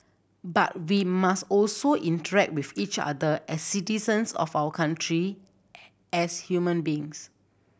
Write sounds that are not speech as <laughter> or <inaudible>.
but we must also interact with each other as citizens of our country <unintelligible> as human beings